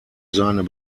seine